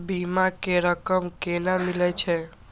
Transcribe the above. बीमा के रकम केना मिले छै?